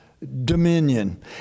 Dominion